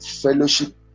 fellowship